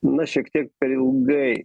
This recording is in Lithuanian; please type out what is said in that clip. na šiek tiek per ilgai